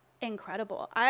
incredible